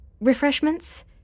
refreshments